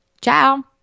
Ciao